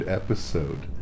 episode